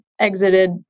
exited